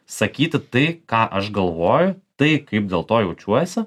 sakyti tai ką aš galvoju tai kaip dėl to jaučiuosi